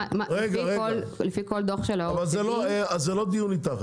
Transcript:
לפי כל דוח של ה-OECD --- זה לא דיון איתך,